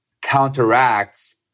counteracts